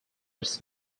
its